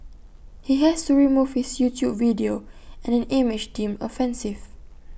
he has to remove his YouTube video and an image deemed offensive